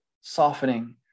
Softening